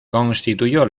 constituyó